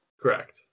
Correct